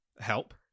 help